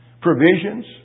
Provisions